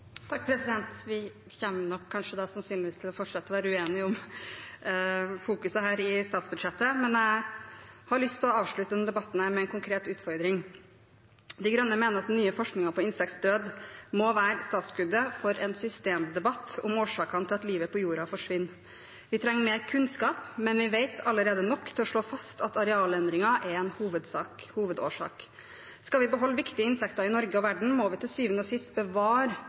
Vi kommer sannsynligvis til å fortsette å være uenige om fokuset i statsbudsjettet. Jeg har lyst til å avslutte denne debatten med en konkret utfordring. De Grønne mener at den nye forskningen på insektdød må være startskuddet for en systemdebatt om årsakene til at livet på jorden forsvinner. Vi trenger mer kunnskap. Men vi vet allerede nok til å slå fast at arealendringer er en hovedårsak. Skal vi beholde viktige insekter i Norge og resten av verden, må vi til syvende og sist bevare